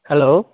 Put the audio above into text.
hello